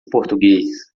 português